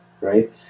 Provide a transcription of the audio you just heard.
Right